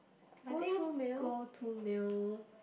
I think go to meal